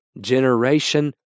generation